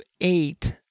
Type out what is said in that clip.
eight